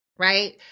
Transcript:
right